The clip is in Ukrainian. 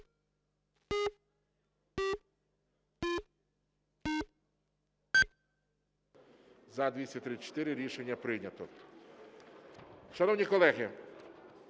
За-234 Рішення прийнято. Шановні колеги,